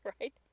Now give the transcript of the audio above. Right